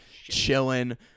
Chilling